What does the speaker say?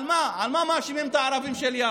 על מה, על מה מאשימים את הערבים של יפו?